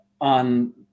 on